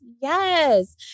yes